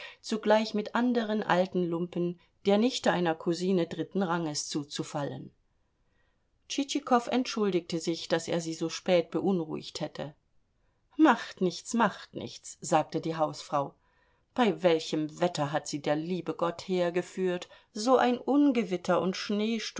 zugleich mit anderen alten lumpen der nichte einer cousine dritten ranges zuzufallen tschitschikow entschuldigte sich daß er sie so spät beunruhigt hätte macht nichts macht nichts sagte die hausfrau bei welchem wetter hat sie der liebe gott hergeführt so ein ungewitter und